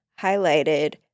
highlighted